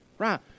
Right